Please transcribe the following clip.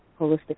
holistic